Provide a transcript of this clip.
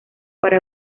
para